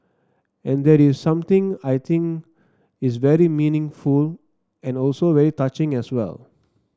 and that is something I think is very meaningful and also very touching as well